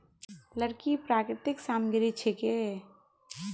लकड़ी प्राकृतिक सामग्री छिके